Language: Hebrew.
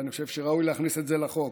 ואני חושב שראוי להכניס את זה לחוק,